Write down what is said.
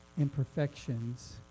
imperfections